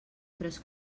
tres